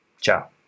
Ciao